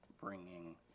bringing